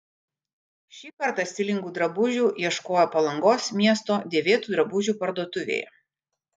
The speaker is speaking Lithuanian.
šį kartą stilingų drabužių ieškojo palangos miesto dėvėtų drabužių parduotuvėje